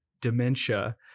dementia